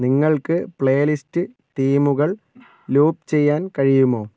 നിങ്ങൾക്ക് പ്ലേലിസ്റ്റ് തീമുകൾ ലൂപ്പ് ചെയ്യാൻ കഴിയുമോ